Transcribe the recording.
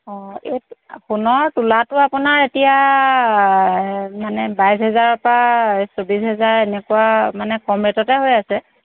অ' আপোনাৰ তোলাটো আপোনাৰ এতিয়া মানে বাইছ হেজাৰৰ পৰা চৌবিছ হাজাৰ এনেকুৱা মানে কম ৰে'টতে হৈ আছে